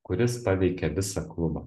kuris paveikia visą klubą